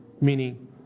Meaning